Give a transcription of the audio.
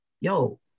yo